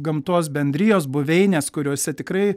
gamtos bendrijos buveinės kuriose tikrai